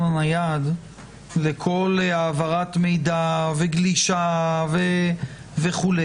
הנייד לכל העברת מידע וגלישה וכו',